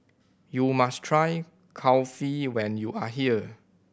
you must try Kulfi when you are here